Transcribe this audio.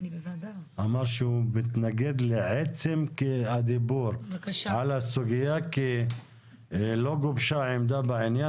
אמר שהוא מתנגד לעצם הדיבור על הסוגייה כי לא גובשה עמדה בעניין.